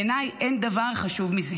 בעיניי אין דבר חשוב מזה,